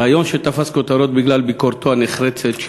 הריאיון תפס כותרות בגלל ביקורתו הנחרצת של